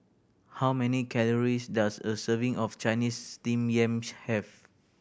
how many calories does a serving of Chinese Steamed Yam have